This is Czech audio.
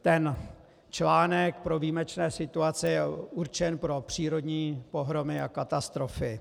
Ten článek pro výjimečné situace je určen pro přírodní pohromy a katastrofy.